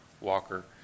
walker